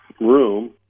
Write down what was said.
room